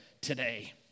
today